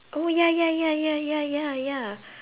oh ya ya ya ya ya ya ya